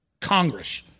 Congress